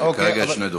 כרגע יש שני דוברים.